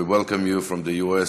we welcome you from the US,